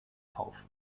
auf